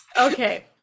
okay